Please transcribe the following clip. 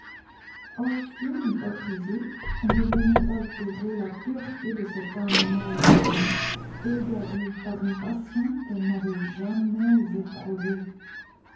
aucune hypocrisie ne venait altérer la pureté de cette âme naïve égarée par une passion qu'elle n'avait jamais éprouvée